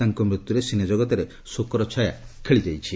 ତାଙ୍କ ମୃତ୍ୟୁରେ ସିନେଜଗତରେ ଶୋକର ଛାୟା ଖେଳିଯାଇଛି